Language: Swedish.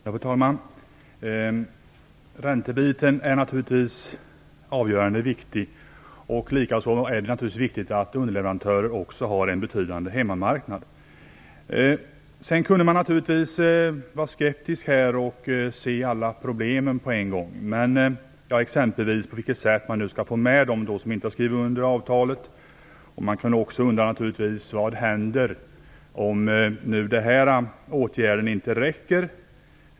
Fru talman! Räntefrågan är naturligtvis av avgörande vikt. Likaså är det naturligtvis viktigt att underleverantörer också har en betydande hemmamarknad. Man kunde naturligtvis vara skeptisk i detta sammanhang och peka på alla problem, exempelvis hur man skall kunna få med alla dem som inte har skrivit under avtalet. Man kan också undra vad som händer om denna åtgärd inte räcker.